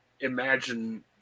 imagine